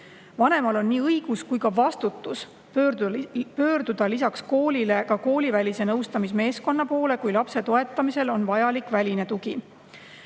Vanemal on nii õigus kui ka vastutus pöörduda lisaks koolile ka koolivälise nõustamismeeskonna poole, kui lapse toetamisel on vajalik väline tugi.